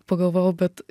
pagalvojau bet